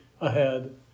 ahead